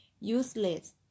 useless